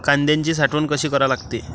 कांद्याची साठवन कसी करा लागते?